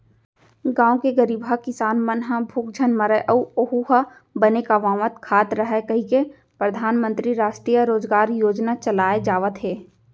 गाँव के गरीबहा किसान मन ह भूख झन मरय अउ ओहूँ ह बने कमावत खात रहय कहिके परधानमंतरी रास्टीय रोजगार योजना चलाए जावत हे